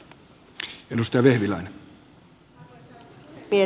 arvoisa puhemies